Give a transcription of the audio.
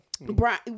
Brian